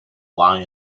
lie